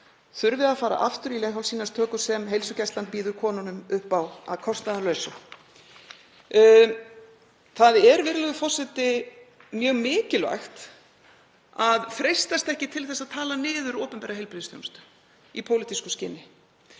þurfi að fara aftur í leghálssýnatöku sem heilsugæslan býður konunum upp á að kostnaðarlausu. Það er, virðulegur forseti, mjög mikilvægt að freistast ekki til að tala niður opinbera heilbrigðisþjónustu í pólitísku skyni.